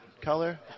color